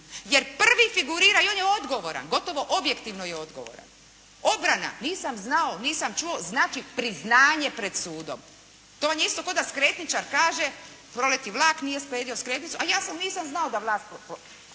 jer prvi figurira i on je odgovoran, gotovo objektivno je odgovoran. Obrana nisam znao, nisam čuo znači priznanje pred sudom. To vam je isto kao da skretničar kaže "Proleti vlak, nije sredio skretnicu, a ja nisam znao da vlak